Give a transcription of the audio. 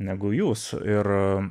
negu jūs ir